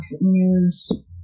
news